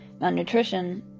Malnutrition